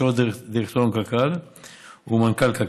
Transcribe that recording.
יושב-ראש דירקטוריון קק"ל ומנכ"ל קק"ל,